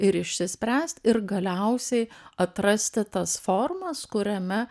ir išsispręst ir galiausiai atrasti tas formas kuriame